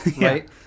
right